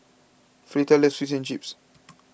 Fleeta loves Fish and Chips